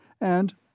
and—